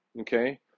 okay